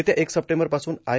येत्या एक सप्टेंबर पासून आय